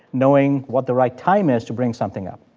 knowing what the right time is to bring something up?